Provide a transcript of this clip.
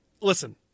Listen